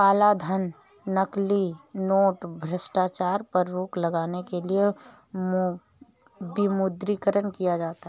कालाधन, नकली नोट, भ्रष्टाचार पर रोक लगाने के लिए विमुद्रीकरण किया जाता है